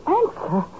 answer